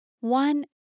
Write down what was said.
One